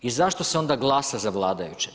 I zašto se onda glasa za vladajuće?